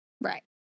Right